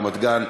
רמת-גן,